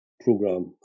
program